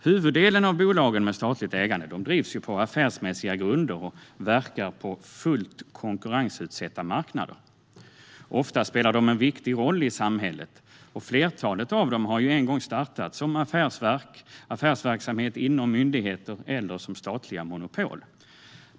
Huvuddelen av bolagen med statligt ägande drivs på affärsmässiga grunder och verkar på fullt konkurrensutsatta marknader. Ofta spelar de en viktig roll i samhället, och flertalet har en gång startats som affärsverk, affärsverksamhet inom myndigheter eller statliga monopol.